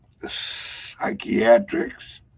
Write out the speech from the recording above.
psychiatrics